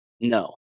No